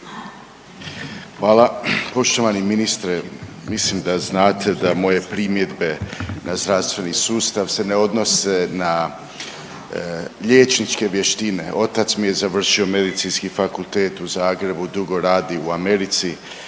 Hvala. Poštovani ministre, mislim da znate da moje primjedbe na zdravstveni sustav se ne odnose na liječničke vještine. Otac mi je završio Medicinski fakultet u Zagrebu, dugo radi u Americi,